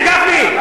תקשיב, גפני.